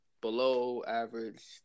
below-average